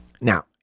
Now